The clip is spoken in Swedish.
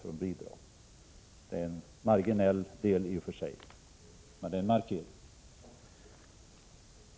Det är en marginell del i och för sig, men det är en markering.